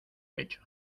pecho